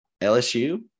LSU